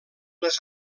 les